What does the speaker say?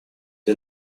для